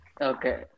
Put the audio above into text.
Okay